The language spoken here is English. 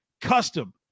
custom